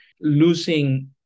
losing